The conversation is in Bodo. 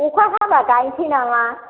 अखा हाबा गायनोसै नामा